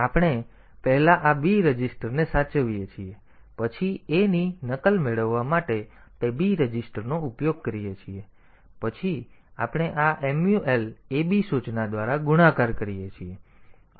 તેથી આપણે પહેલા આ b રજીસ્ટરને સાચવીએ છીએ પછી a ની નકલ મેળવવા માટે તે b રજીસ્ટરનો ઉપયોગ કરીએ છીએ અને પછી આપણે આ mul ab સૂચના દ્વારા ગુણાકાર કરીએ છીએ